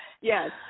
Yes